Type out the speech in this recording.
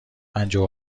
پنجاه